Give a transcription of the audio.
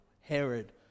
Herod